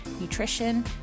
nutrition